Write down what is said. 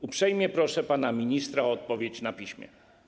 Uprzejmie proszę pana ministra o odpowiedź na piśmie.